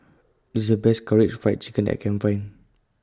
This IS The Best Karaage Fried Chicken I Can Find